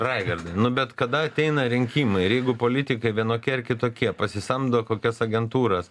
raigardai bet kada ateina rinkimai ir jeigu politikai vienokie ar kitokie pasisamdo kokias agentūras